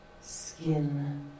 Skin